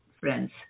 friends